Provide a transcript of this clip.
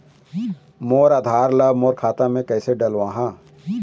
मोर आधार ला मोर खाता मे किसे डलवाहा?